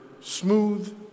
smooth